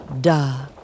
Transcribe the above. Da